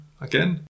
again